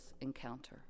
encounter